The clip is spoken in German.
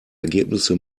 ergebnisse